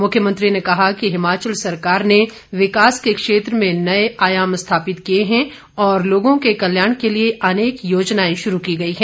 मुख्यमंत्री ने कहा कि हिमाचल सरकार ने विकास के क्षेत्र में नए आयाम स्थापित किए हैं और लोगों के कल्याण के लिए अनेक योजनाएं शुरू की गई हैं